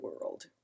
world